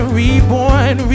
reborn